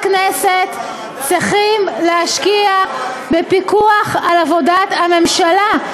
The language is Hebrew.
חברי הכנסת צריכים להשקיע בפיקוח על עבודת הממשלה.